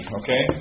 okay